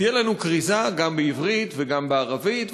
תהיה לנו כריזה גם בעברית וגם בערבית.